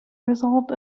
result